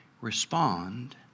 respond